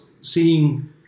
seeing